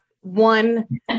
one